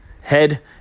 head